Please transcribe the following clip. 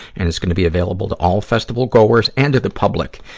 and it's gonna be available to all festival goers and to the public.